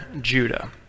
Judah